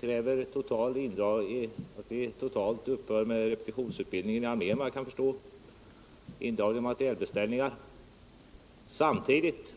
Vidare kräver man, såvitt jag förstår, totalt upphörande av repetitionsutbildningen inom armén samt indragning av materielbeställningar. Att göra på detta sätt och